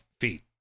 feet